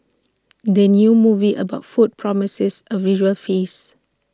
the new movie about food promises A visual feast